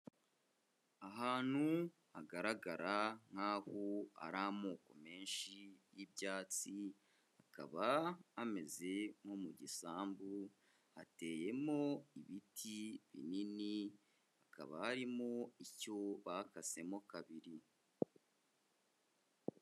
Ahantu hagaragara nk'aho hari amoko menshi y'ibyatsi, hakaba hameze nko mu gisambu, hateyemo ibiti binini, hakaba harimo icyo bakasemo kabiri.